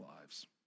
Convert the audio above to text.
lives